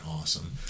awesome